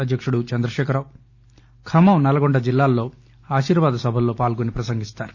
అధ్యకుడు చంద్రశేఖరరావు ఖమ్మం నల్గొండ జిల్లాలలో ఆశీర్వాద సభలో పాల్గొని ప్రసంగిస్తారు